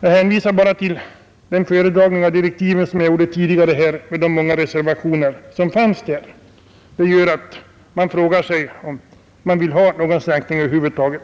Jag hänvisar till den föredragning av direktiven som jag gjorde tidigare med de många reservationer som fanns. Man kan fråga sig om inte dessa direktiv går ut på att man över huvud taget